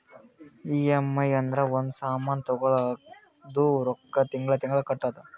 EMI ಅಂದುರ್ ಒಂದ್ ಸಾಮಾನ್ ತಗೊಳದು ರೊಕ್ಕಾ ತಿಂಗಳಾ ತಿಂಗಳಾ ಕಟ್ಟದು